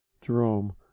Jerome